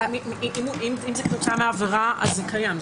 אם זה כתוצאה מהעבירה זה קיים.